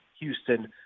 Houston